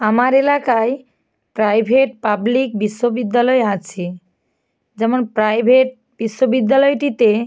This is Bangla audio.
আমার এলাকায় প্রাইভেট পাবলিক বিশ্ববিদ্যালয় আছে যেমন প্রাইভেট বিশ্ববিদ্যালয়টিতে